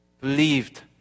believed